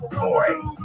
boy